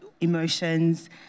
emotions